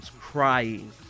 crying